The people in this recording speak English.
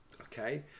okay